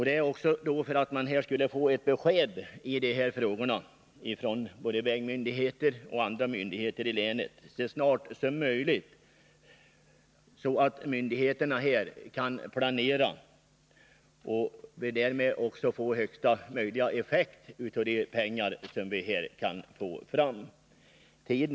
Det är också för att både vägmyndigheter och andra myndigheter i länet skall få besked i de här frågorna så snart som möjligt, så att de kan planera och få högsta möjliga effekt av de pengar de kan bli tilldelade.